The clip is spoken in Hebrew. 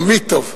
תמיד טוב.